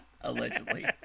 Allegedly